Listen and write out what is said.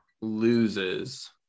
loses